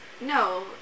No